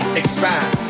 expand